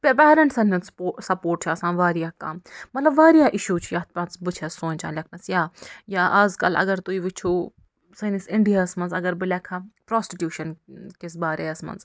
پیریٚنٛٹسَن ہنٛد سَپورٹ چھُ آسان ورایاہ کَم مطلب واریاہ اِشوٗ چھِ یَتھ منٛز بہٕ چھیٚس سونٛچان لیٚکھنَس یا یا آز کَل اَگر تُہۍ وُچھُو سٲنِس اِنڈیا ہَس منٛز اَگر بہٕ لیٚکھہٕ ہا پرٛوسٹِٹیٛوٗشَن کِس بارَس منٛز